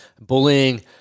bullying